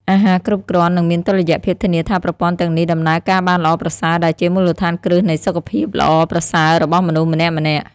អាហារគ្រប់គ្រាន់ និងមានតុល្យភាព ធានាថាប្រព័ន្ធទាំងនេះដំណើរការបានល្អប្រសើរ ដែលជា មូលដ្ឋានគ្រឹះនៃសុខភាព ល្អប្រសើររបស់មនុស្សម្នាក់ៗ។